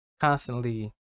constantly